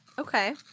Okay